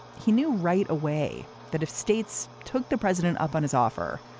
he knew right away that if states took the president up on his offer,